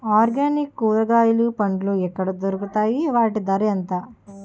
Organic కూరగాయలు పండ్లు ఎక్కడ దొరుకుతాయి? వాటి ధర ఎంత?